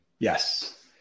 Yes